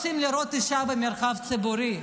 כי לא רוצים לראות אישה במרחב הציבורי.